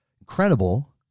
incredible